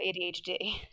ADHD